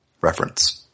reference